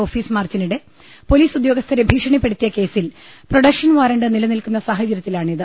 office മാർച്ചിനിടെ police ഉദ്യോഗസ്ഥരെ ഭീഷ ണിപ്പെടുത്തിയ കേസിൽ പ്രൊഡക്ഷൻ വാറണ്ട് നിലനിൽക്കുന്ന സാഹ ചര്യത്തിലാണിത്